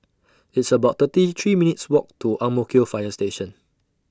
It's about thirty three minutes' Walk to Ang Mo Kio Fire Station